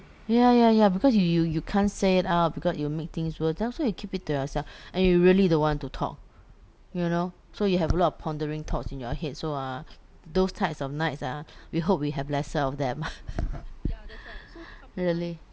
ya ya ya because you you you can't say it out because it'll make things worse and also you keep it to yourself and you really don't want to talk you know so you have a lot of pondering thoughts in your head so ah those types of nights ah we hope we have lesser of them really